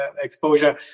exposure